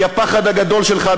כי הפחד הגדול שלך,